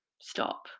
stop